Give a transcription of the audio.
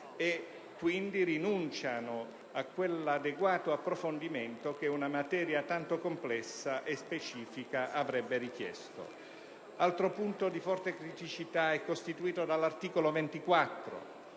e quindi rinunciano a quell'adeguato approfondimento che una materia tanto complessa e specifica avrebbe richiesto. Altro punto di forte criticità è costituito dall'articolo 24,